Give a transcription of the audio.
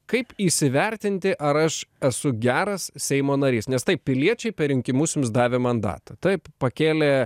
kaip įsivertinti ar aš esu geras seimo narys nes taip piliečiai per rinkimus jums davė mandatą taip pakėlė